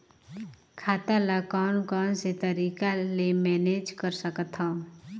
खाता ल कौन कौन से तरीका ले मैनेज कर सकथव?